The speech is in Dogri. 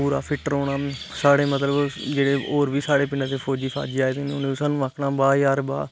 पूरा फिट रौहना साढ़े मतलब जेहडे़ और बी साढ़े पिंडे दे फौजी फाजी आएदे उन्हे सानू आक्खना बाह् यार बाह्